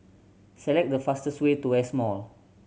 select the fastest way to West Mall